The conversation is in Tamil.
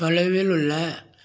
தொலைவில் உள்ள